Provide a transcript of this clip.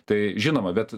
tai žinoma bet